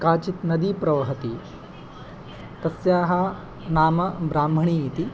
काचित् नदी प्रवहति तस्याः नाम ब्राह्मणी इति